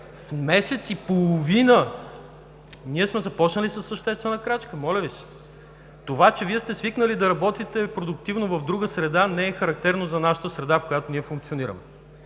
месец и половина, ние сме започнали със съществена крачка. Моля Ви се! Това, че Вие сте свикнали да работите продуктивно в друга среда не е характерно за нашата среда, в която ние функционираме.